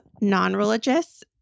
non-religious